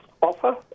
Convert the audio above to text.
offer